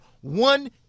one